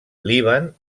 líban